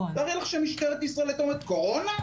תארי לך שמשטרת ישראל הייתה אומרת "קורונה,